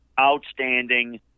outstanding